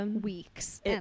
weeks